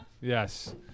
Yes